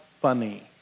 funny